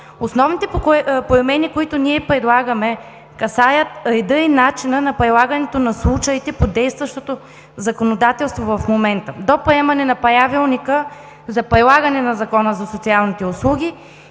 Основните промени, които предлагаме, касаят реда и начина на прилагането на случаите по действащото законодателство в момента до приемане на Правилника за прилагане на Закона за социалните услуги